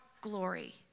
glory